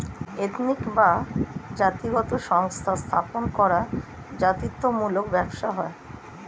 ethnic বা জাতিগত সংস্থা স্থাপন করা জাতিত্ব মূলক ব্যবসা হয়